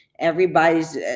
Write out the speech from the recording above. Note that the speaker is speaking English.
Everybody's